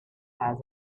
has